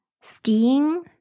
skiing